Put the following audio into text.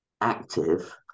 active